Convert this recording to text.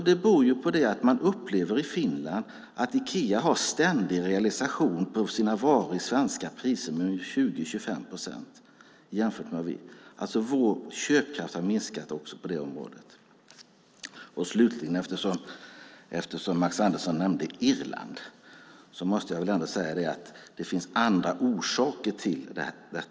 Det beror på att man i Finland upplever att Ikea i svenska priser har en ständig realisation på sina varor med 20-25 procent. Vår köpkraft har alltså minskat även på det området. Eftersom Max Andersson nämnde Irland måste jag säga att det finns andra orsaker där.